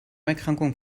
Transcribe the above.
erkrankung